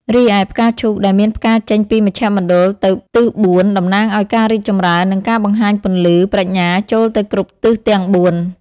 រីឯ ផ្កាឈូកដែលមានផ្កាចេញពីមជ្ឈមណ្ឌលទៅទិសបួន តំណាងឲ្យការរីកចម្រើន និងការបង្ហាញពន្លឺប្រាជ្ញាចូលទៅគ្រប់ទិសទាំងបួន។